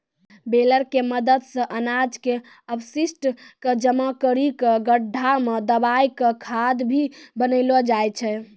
baler के मदद सॅ अनाज के अपशिष्ट क जमा करी कॅ गड्ढा मॅ दबाय क खाद भी बनैलो जाय छै